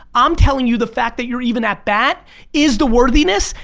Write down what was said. i'm telling you the fact that you're even at bat is the worthiness,